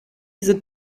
sind